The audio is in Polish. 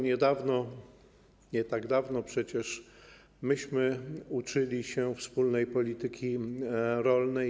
Niedawno, nie tak dawno przecież to myśmy uczyli się wspólnej polityki rolnej.